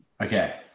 okay